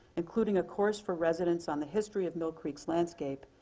including a course for residents on the history of mill creek's landscape,